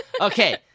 Okay